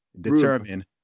determine